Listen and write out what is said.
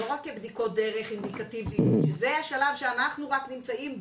ולא רק כבדיקות דרך אינדוקטיביות שזה השלב שאנחנו רק נמצאים בו,